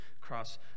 cross